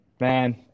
man